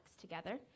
together